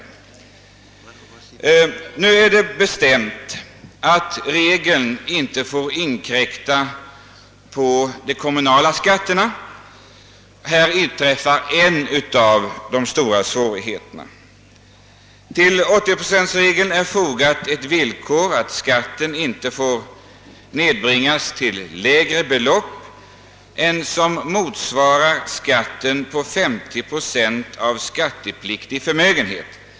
Nu är det bestämt att regeln inte får inkräkta på de kommunala skatterna. Här inträffar en av de stora svårigheterna. Till 80-procentregeln är fogat villkoret att skatten inte får nedbringas till lägre belopp än som motsvarar skatten på 50 procent av skattepliktig förmögenhet.